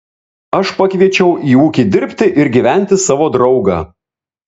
aš pakviečiau į ūkį dirbti ir gyventi savo draugą